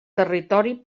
territori